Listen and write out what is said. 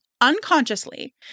unconsciously